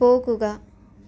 പോകുക